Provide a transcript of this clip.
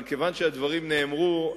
כיוון שהדברים נאמרו,